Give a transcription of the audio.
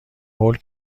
هول